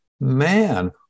Man